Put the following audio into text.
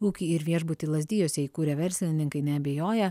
ūkį ir viešbutį lazdijuose įkūrę verslininkai neabejoja